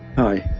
high,